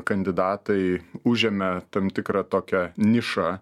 kandidatai užėmė tam tikrą tokią nišą